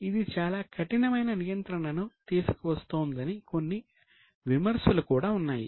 ఇది చాలా కఠినమైన నియంత్రణను తీసుకువస్తోందని కొన్ని విమర్శలు కూడా ఉన్నాయి